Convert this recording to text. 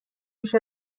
بیش